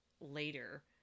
later